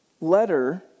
letter